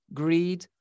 greed